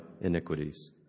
iniquities